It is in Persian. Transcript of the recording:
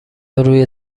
روی